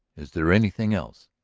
is there anything else?